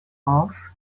off